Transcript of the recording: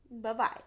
bye-bye